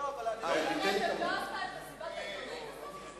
היא לא עשתה את מסיבת העיתונאים בסוף?